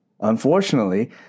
unfortunately